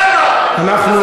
למה?